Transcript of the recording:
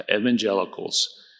evangelicals